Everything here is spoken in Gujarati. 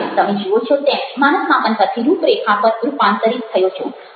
તમે જુઓ છો તેમ માનસ માપન પરથી રૂપરેખા પર રૂપાંતરિત થયો છું